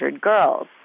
girls